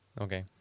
Okay